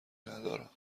ندارم